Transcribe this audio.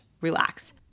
relax